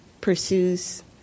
pursues